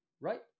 right